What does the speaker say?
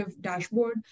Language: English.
dashboard